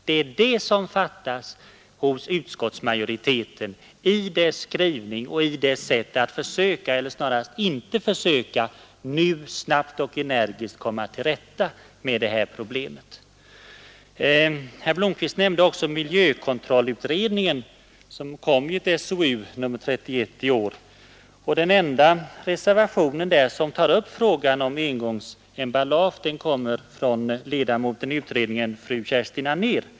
Det är det som fattas hos utskottsmajoriteten i dess skrivning och i dess sätt att försöka, eller snarast inte försöka, att nu snabbt och energiskt komma till rätta med de här problemen. Herr Blomkvist nämnde också miljökontrollutredningen, vars betänkande kom i SOU som nr 31 i år. Den enda reservationen där som tar upp frågan om engångsemballage kom från ledamoten i utredningen fru Kerstin Anér, fp.